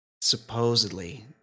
Supposedly